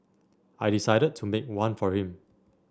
I decided to make one for him